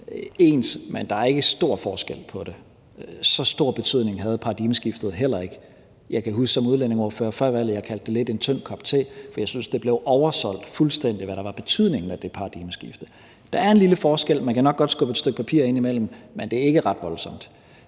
men der er ikke stor forskel på det. Så stor betydning havde paradigmeskiftet heller ikke. Jeg kan huske, at jeg som udlændingeordfører før valget kaldte det en tynd kop te, for jeg syntes, at betydningen af det paradigmeskifte blev fuldstændig oversolgt. Der er en lille forskel – man kan nok godt skubbe et stykke papir ind imellem – men det er ikke ret voldsomt.